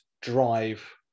drive